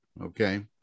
Okay